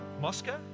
Moscow